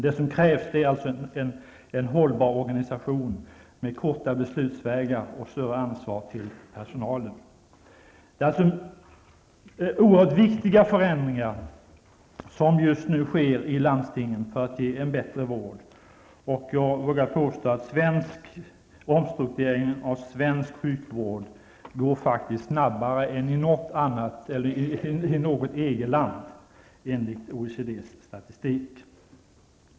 Det krävs en hållbar organisation med korta beslutsvägar och där personalen får större ansvar. Det är oerhört viktiga förändringar som just nu sker i landstingen för att vården skall bli bättre. Omstruktureringen av svensk sjukvård går betydligt snabbare än omstruktureringen i något EG-land enligt OECDs statistik.